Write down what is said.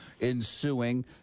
ensuing